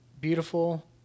beautiful